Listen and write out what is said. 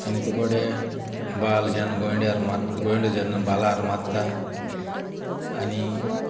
आनी तुका गोडये बाल जेन्ना गोंयड्यार मात्ता गोंयडो जेन्ना बालार मात्ता आनी